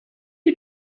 you